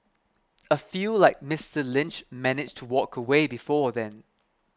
a few like Mister Lynch manage to walk away before then